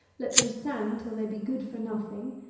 let them stand till they be good for nothing,